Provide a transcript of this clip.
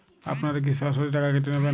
আপনারা কি সরাসরি টাকা কেটে নেবেন?